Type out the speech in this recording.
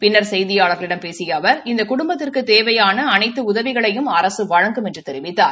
பின்னா் செய்தியாள்களிடம் பேசிய அவா் இந்த குடும்பத்திற்கு தேவையான அனைத்து உதவிகளையும் அரக வழங்கும் என்று தெரிவித்தார்